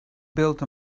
built